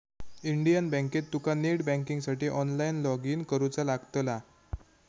Indian बँकेत तुका net बँकिंगसाठी ऑनलाईन लॉगइन करुचा लागतला